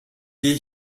wir